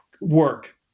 work